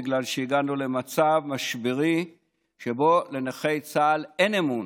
בגלל שהגענו למצב משברי שבו לנכי צה"ל אין אמון